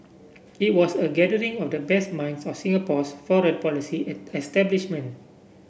it was a gathering of the best minds of Singapore's foreign policy establishment